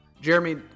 Jeremy